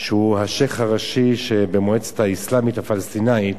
שהוא השיח' הראשי במועצה האסלאמית הפלסטינית,